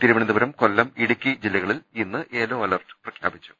തിരുവനന്തപുരം കൊല്ലം ഇടുക്കി ജില്ലകളിൽ ഇന്ന് yellow alert പ്രഖ്യാപിച്ചു